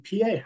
PA